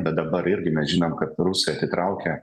bet dabar irgi mes žinom kad rusai atitraukia